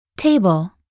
Table